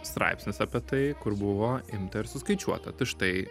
straipsnis apie tai kur buvo imta ir suskaičiuota tai štai